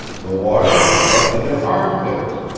the water was up to their armpits,